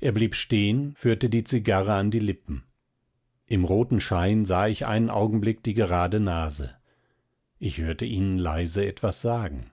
er blieb stehen führte die zigarre an die lippen im roten schein sah ich einen augenblick die gerade nase ich hörte ihn leise etwas sagen